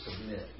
submit